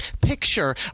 picture